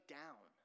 down